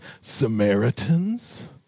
Samaritans